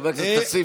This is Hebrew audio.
חבר הכנסת כסיף,